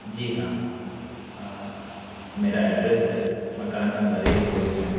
جی ہاں میرا ایڈریس ہے مکان نمبر ایک دو تین